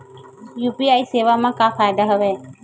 UPI सेवा मा का फ़ायदा हवे?